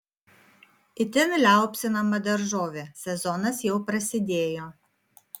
itin liaupsinama daržovė sezonas jau prasidėjo